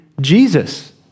Jesus